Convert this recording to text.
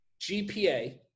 GPA